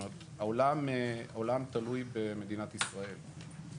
העולם תלוי במדינת ישראל.